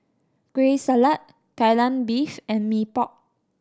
Kueh Salat Kai Lan Beef and Mee Pok